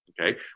okay